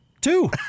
two